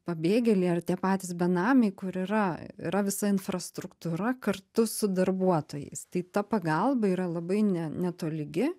pabėgėliai ar tie patys benamiai kur yra yra visa infrastruktūra kartu su darbuotojais tai ta pagalba yra labai ne netolygi